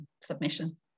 submission